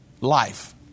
life